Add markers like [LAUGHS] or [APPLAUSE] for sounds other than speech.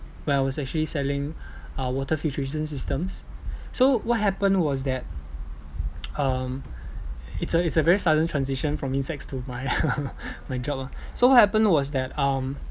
when I was actually selling uh water filtration systems so what happened was that [NOISE] um it's a it's a very sudden transition from insects to my [LAUGHS] my job lah so what happened was that um